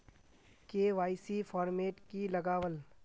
KYC format की लगावल?